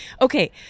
okay